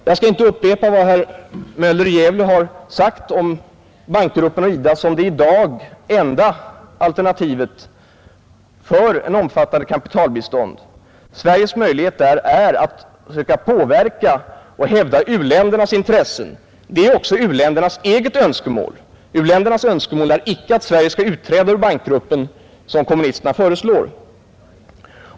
Jag skall inte upprepa vad herr Möller i Gävle har sagt om IDA som det enda alternativet för dagen för ett omfattande kapitalbistånd. Sveriges möjligheter där är att söka påverka och hävda u-ländernas intressen. Detta är också u-ländernas eget önskemål. Deras önskemål är icke att Sverige skall utträda ur bankgruppen som kommunisterna föreslår.